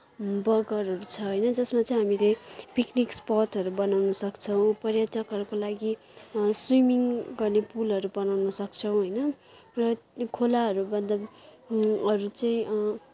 बगरहरू चाहिँ छ होइन जसमा चाहिँ हामीले पिकनिक स्पोटहरू बनाउन सक्छौँ पर्यटकहरूको लागि स्विमिङ गर्ने पुलहरू बनाउन सक्छौँ होइन र खोलाहरू भन्दा अरू चाहिँ